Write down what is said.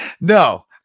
No